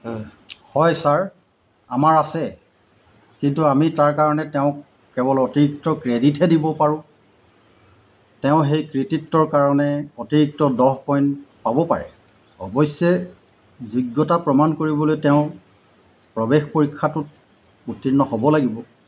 হয় ছাৰ আমাৰ আছে কিন্তু আমি তাৰ কাৰণে তেওঁক কেৱল অতিৰিক্ত ক্ৰেডিটহে দিব পাৰোঁ তেওঁ সেই কৃতিত্বৰ কাৰণে অতিৰিক্ত দহ পইণ্ট পাব পাৰে অৱশ্যে যোগ্যতা প্ৰমাণ কৰিবলৈ তেওঁ প্ৰৱেশ পৰীক্ষাটোত উত্তীৰ্ণ হ'ব লাগিব